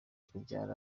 kubyara